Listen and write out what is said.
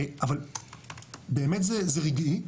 אבל באמת זה רגעי,